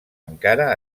encara